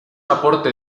aporte